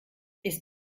ist